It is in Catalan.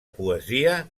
poesia